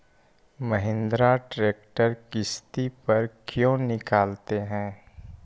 Mahindra tractor किसति पर क्यों निकालते हैं?